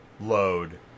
load